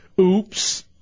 Oops